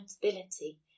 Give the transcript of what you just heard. accountability